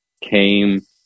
came